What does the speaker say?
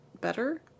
better